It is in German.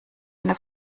eine